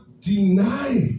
Deny